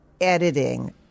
editing